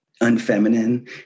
unfeminine